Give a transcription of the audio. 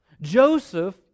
Joseph